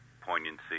poignancy